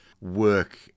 work